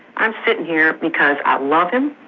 i'm sitting here because i love him,